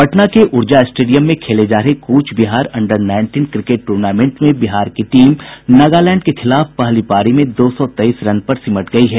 पटना के ऊर्जा स्टेडियम में खेले जा रहे Cooch Behar under nineteen cricket tournament में बिहार की टीम नगालैंड के खिलाफ पहली पारी में दो सौ तेईस रन पर सिमट गयी है